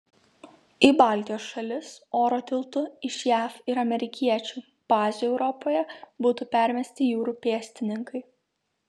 į baltijos šalis oro tiltu iš jav ir amerikiečių bazių europoje būtų permesti jūrų pėstininkai